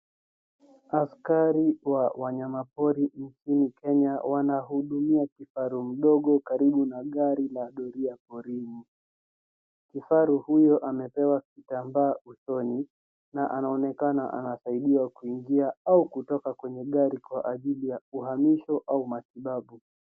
Askari wa wanyamapori nchini kenya wanahudumia kifaru mdogo karibu na gari la doria porini, kifaru huyu amepewa kitambaa usoni na anaonekana anasaidiwa kuingia au kutoka kwenye gari kwa ajili ya kuhamishwa au matibabu.